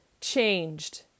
changed